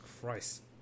Christ